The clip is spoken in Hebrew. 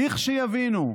לכשיבינו,